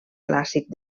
clàssic